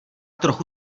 trochu